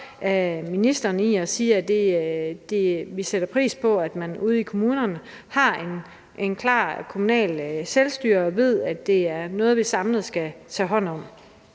hensyn til at sige, at vi sætter pris på, at man ude i kommunerne har et klart kommunalt selvstyre og ved, at det er noget, vi samlet skal tage hånd om.